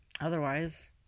otherwise